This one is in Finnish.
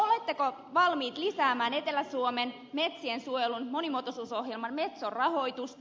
oletteko valmiit lisäämään etelä suomen metsien suojelun monimuotoisuusohjelma metson rahoitusta